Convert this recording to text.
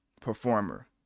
performer